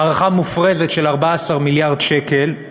הערכה מופרזת של 14 מיליארד שקל,